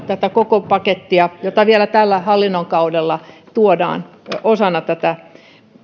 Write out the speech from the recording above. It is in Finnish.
tätä koko pakettia jota vielä tällä hallinnon kaudella tuodaan osana tätä